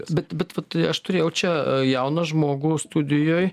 bet bet vat aš turėjau čia jauną žmogų studijoj